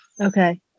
okay